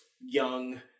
young